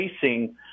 facing